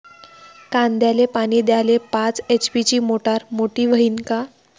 कांद्याले पानी द्याले पाच एच.पी ची मोटार मोटी व्हईन का?